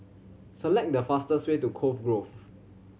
select the fastest way to Cove Grove